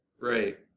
Right